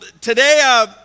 Today